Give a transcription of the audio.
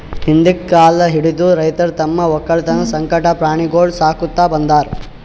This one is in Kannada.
ಹಿಂದ್ಕಿನ್ ಕಾಲ್ ಹಿಡದು ರೈತರ್ ತಮ್ಮ್ ವಕ್ಕಲತನ್ ಸಂಗಟ ಪ್ರಾಣಿಗೊಳಿಗ್ ಸಾಕೋತ್ ಬಂದಾರ್